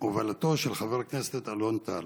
בהובלתו של חבר הכנסת אלון טל.